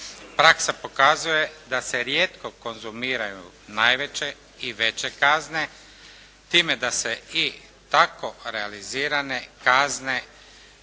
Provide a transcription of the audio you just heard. Praksa pokazuje da se rijetko konzumiraju najveće i veće kazne, time da se i tako realizirane kazne